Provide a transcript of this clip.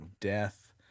death